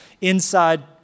inside